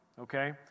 okay